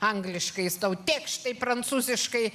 angliškai jis tau tėkš tai prancūziškai